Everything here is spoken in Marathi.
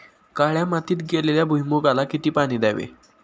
काळ्या मातीत केलेल्या भुईमूगाला किती पाणी द्यावे?